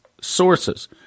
sources